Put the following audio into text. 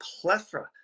plethora